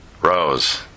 Rose